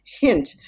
hint